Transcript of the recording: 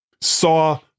saw